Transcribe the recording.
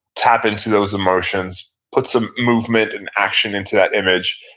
tap into those emotions, put some movement and action into that image,